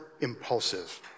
impulsive